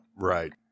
Right